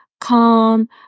calm